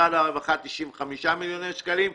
משרד הרווחה 95 מיליון שקלים.